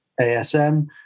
ASM